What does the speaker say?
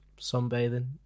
sunbathing